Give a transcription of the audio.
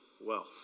wealth